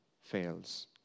fails